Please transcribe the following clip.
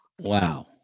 Wow